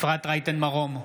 נגד אפרת רייטן מרום,